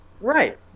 Right